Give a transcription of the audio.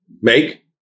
make